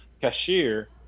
cashier